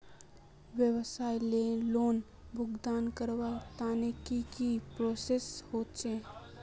व्यवसाय लोन भुगतान करवार तने की की प्रोसेस होचे?